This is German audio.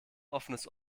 offenes